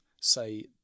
say